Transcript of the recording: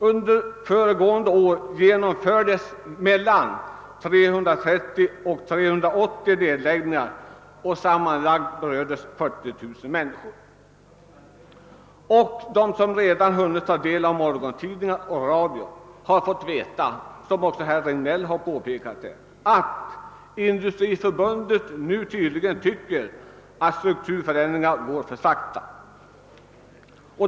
Under föregående år genomfördes mellan 330 och 380 nedläggningar och sammanslagningar, som sammanlagt berörde 40 000 människor. De som redan hunnit ta del av morgontidningar och radionyheter har fått veta — herr Regnéll har också påpekat det — att Industriförbundet nu tydligen tycker att strukturförändringarna går för sakta.